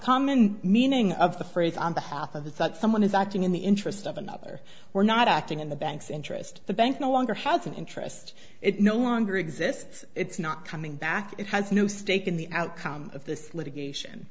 common meaning of the phrase on behalf of the thought someone is acting in the interest of another we're not acting in the bank's interest the bank no longer house an interest it no longer exists it's not coming back it has no stake in the outcome of this litigation